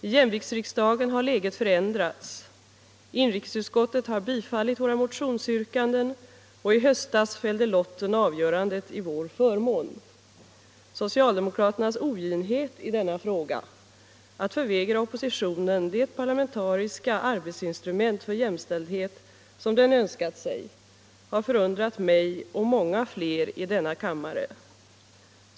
I jämviktsriksdagen har läget förändrats. Inrikesutskottet har tillstyrkt våra motionsyrkanden, och i höstas fällde lotten avgörandet till vår förmån. Socialdemokraternas oginhet i denna fråga, deras sätt att förvägra oppositionen det parlamentariska arbetsinstrument för jämställdhet som den önskat sig, har förundrat mig och många flera i denna kammare.